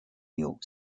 york